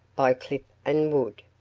by cliff and wood,